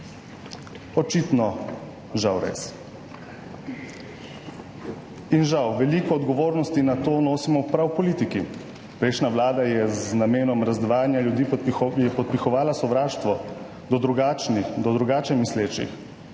Očitno žal res. In žal veliko odgovornosti za to nosimo prav politiki. Prejšnja vlada je z namenom razdvajanja ljudi podpihovala sovraštvo do drugačnih,